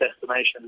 destination